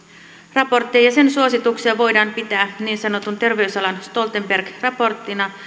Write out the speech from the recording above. raporttia ja sen suosituksia voidaan pitää niin sanottuna terveysalan stoltenberg raporttina